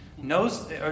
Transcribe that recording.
knows